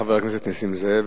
חבר הכנסת נסים זאב.